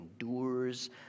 endures